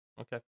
Okay